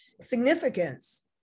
significance